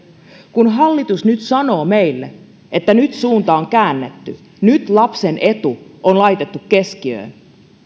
kun hallitus sanoo meille että nyt suunta on käännetty nyt lapsen etu on laitettu keskiöön